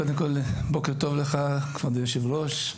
קודם כל בוקר טוב לך כבוד היושב-ראש,